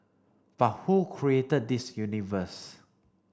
but who created this universe